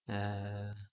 ah